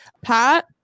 pat